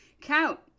Count